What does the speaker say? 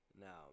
Now